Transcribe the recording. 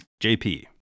JP